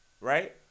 Right